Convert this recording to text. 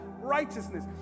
righteousness